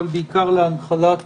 אבל בעיקר להנחלת